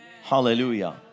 hallelujah